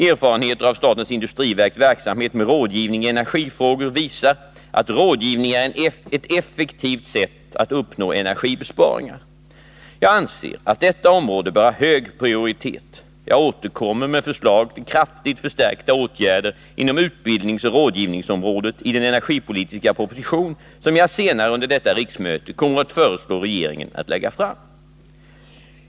Erfarenheter av statens industriverks verksamhet med rådgivning i energifrågor visar att rådgivning är ett effektivt sätt att uppnå energibesparingar. Jag anser att detta område bör ha hög prioritet. Jag återkommer med förslag till kraftigt förstärkta åtgärder inom utbildningsoch rådgivningsområdet i den energipolitiska proposition som jag senare under detta riksmöte kommer att föreslå regeringen att lägga fram.